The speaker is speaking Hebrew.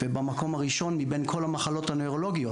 ובמקום הראשון מבין כל המחלות הנוירולוגיות.